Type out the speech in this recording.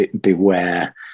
Beware